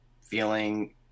feeling